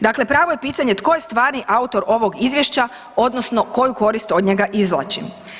Dakle, pravo je pitanje tko je stvarni autor ovog izvješća odnosno koju korist od njega izvlačim?